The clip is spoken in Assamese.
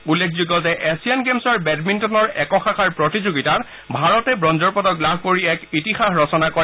উল্লেখযোগ্য যে এছিয়ান গেমছৰ বেডমিণ্টনৰ একক শাখাৰ প্ৰতিযোগিতাত ভাৰতে ব্ৰঞ্জৰ পদক লাভ কৰি এক ইতিহাস ৰচনা কৰে